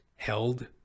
Held